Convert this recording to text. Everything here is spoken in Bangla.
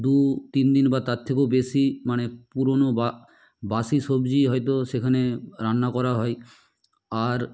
দু তিন দিন বা তার থেকেও বেশি মানে পুরোনো বা বাসি সবজিই হয়তো সেখানে রান্না করা হয় আর